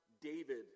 David